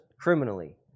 criminally